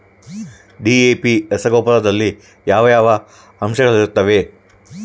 DAP ರಸಗೊಬ್ಬರದಲ್ಲಿ ಯಾವ ಯಾವ ಅಂಶಗಳಿರುತ್ತವರಿ?